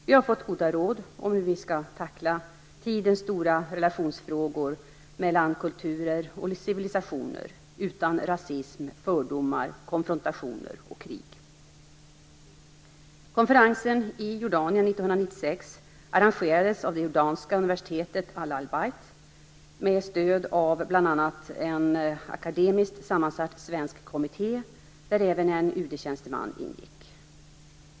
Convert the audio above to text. Vi har fått goda råd om hur vi skall tackla tidens stora relationsfrågor mellan kulturer och civilisationer utan rasism, fördomar, konfrontationer och krig. Konferensen i Jordanien 1996 arrangerades av det jordanska universitetet Al-al-Bayt med stöd av bl.a. en akademiskt sammansatt svensk kommitté där även en UD-tjänsteman ingick.